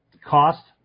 Cost